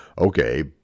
Okay